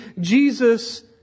Jesus